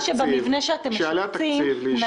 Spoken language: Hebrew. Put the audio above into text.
כשיעלה התקציב לאישור --- חיים,